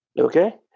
Okay